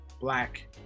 Black